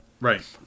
Right